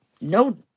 No